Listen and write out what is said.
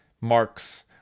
marks